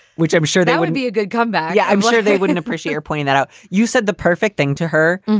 which i'm sure that would be a good comeback. yeah i'm sure they wouldn't appreciate pointing that out. you said the perfect thing to her.